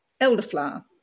elderflower